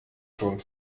schon